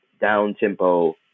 down-tempo